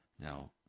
Now